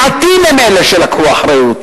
מעטים הם אלה שלקחו אחריות,